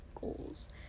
goals